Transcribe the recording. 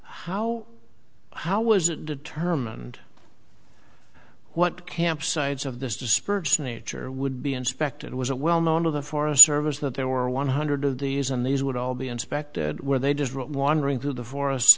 how how was it determined what camp sides of this disperse nature would be inspected it was a well known of the forest service that there were one hundred of these and these would all be inspected were they just wandering through the forest